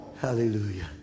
Hallelujah